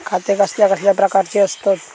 खाते कसल्या कसल्या प्रकारची असतत?